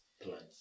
plants